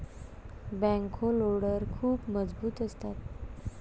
backhoe loader खूप मजबूत असतात